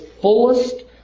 fullest